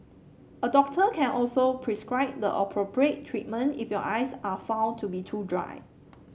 a doctor can also prescribe the appropriate treatment if your eyes are found to be too dry